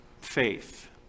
Faith